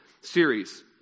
series